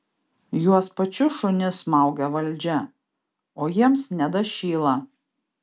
juos pačius šunis smaugia valdžia o jiems nedašyla